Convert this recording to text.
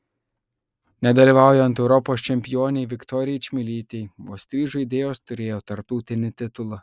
nedalyvaujant europos čempionei viktorijai čmilytei vos trys žaidėjos turėjo tarptautinį titulą